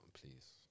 please